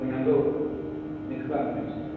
औ नंगौ बिदिनो खालामो जोंनिथिंजाय